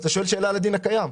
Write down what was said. שואל שאלה על הדין הקיים.